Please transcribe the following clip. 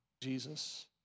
Jesus